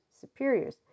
superiors